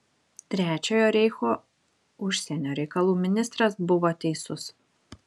trečiojo reicho užsienio reikalų ministras buvo teisus